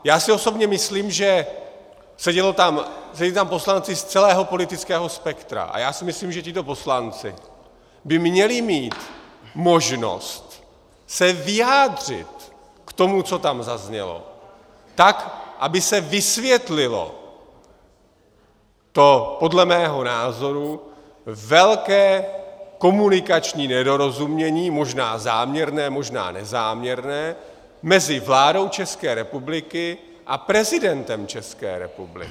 Já si osobně myslím seděli tam poslanci z celého politického spektra, a já si myslím, že tito poslanci by měli mít možnost se vyjádřit k tomu, co tam zaznělo, tak aby se vysvětlilo to podle mého názoru velké komunikační nedorozumění, možná záměrné, možná nezáměrné, mezi vládou České republiky a prezidentem České republiky.